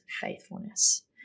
faithfulness